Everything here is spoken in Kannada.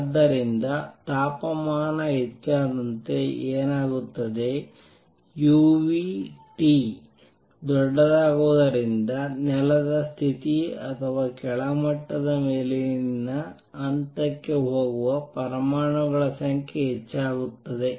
ಆದ್ದರಿಂದ ತಾಪಮಾನ ಹೆಚ್ಚಾದಂತೆ ಏನಾಗುತ್ತದೆ u ದೊಡ್ಡದಾಗುವುದರಿಂದ ನೆಲದ ಸ್ಥಿತಿ ಅಥವಾ ಕೆಳಮಟ್ಟದಿಂದ ಮೇಲಿನ ಹಂತಕ್ಕೆ ಹೋಗುವ ಪರಮಾಣುಗಳ ಸಂಖ್ಯೆ ಹೆಚ್ಚಾಗುತ್ತದೆ